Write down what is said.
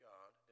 God